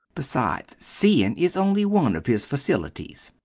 besides seein' is only one of his facilities.